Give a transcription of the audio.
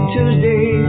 Tuesday